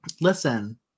listen